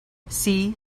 see